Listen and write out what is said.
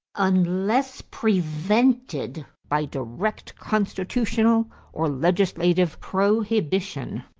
unless prevented by direct constitutional or legislative prohibition.